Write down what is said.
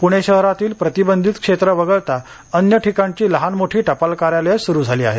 पुणे शहरातील प्रतिबंधित क्षेत्र वगळता अन्य ठिकाणची लहान मोठी टपाल कार्यालये सुरू झाली आहेत